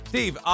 Steve